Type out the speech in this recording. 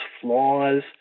flaws